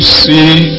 see